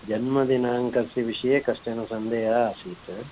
जन्मदिनाङ्कस्य विषये कश्चन सन्देहः आसीत्